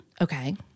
Okay